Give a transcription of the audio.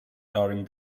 during